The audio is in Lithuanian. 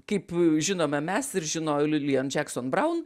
kaip žinome mes ir žino lilian jackson braun